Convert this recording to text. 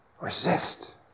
Resist